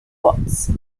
watts